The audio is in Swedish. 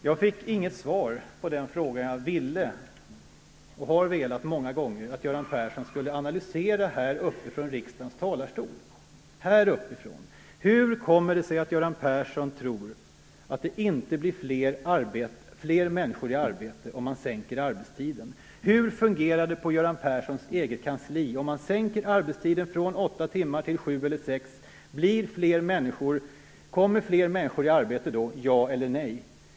Herr talman! Jag fick inget svar på den fråga som jag ville och många gånger har velat att Göran Persson skulle analysera här från riksdagens talarstol: Hur kommer det sig att Göran Persson tror att det inte blir fler människor i arbete, om man sänker arbetstiden? Hur fungerar det på Göran Perssons eget kansli? Om man sänker arbetstiden från 8 timmar till 7 eller 6, kommer då fler människor i arbete, ja eller nej?